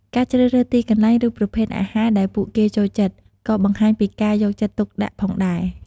ការជ្រើសរើសទីកន្លែង ឬប្រភេទអាហារដែលពួកគេចូលចិត្ត ក៏បង្ហាញពីការយកចិត្តទុកដាក់ផងដែរ។